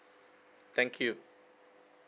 thank you